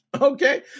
Okay